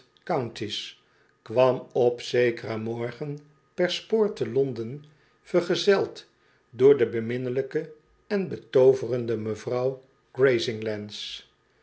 counties kwam op zekeren morgen per spoor te londen vergezeld door de beminnelijke en betooverende mevrouw